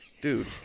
Dude